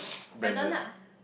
Brandon lah